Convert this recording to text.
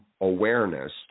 awareness